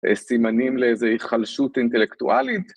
‫סימנים לאיזו היחלשות אינטלקטואלית